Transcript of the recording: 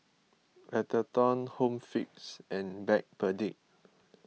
Atherton Home Fix and Backpedic